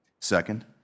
Second